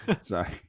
sorry